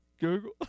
Google